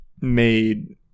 made